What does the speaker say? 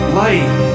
light